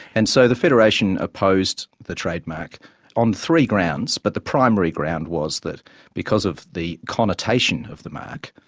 and so the federation opposed the trademark on three grounds, but the primary ground was that because of the connotation of the mark,